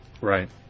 Right